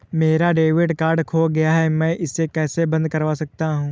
मेरा debit card खो गया है मैं इसे कैसे बंद करवा सकता हूँ?